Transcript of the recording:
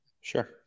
sure